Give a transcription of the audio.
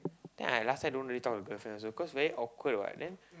then I last time don't really talk to the girlfriend also cause very awkward what then